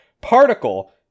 Particle